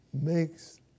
makes